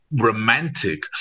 romantic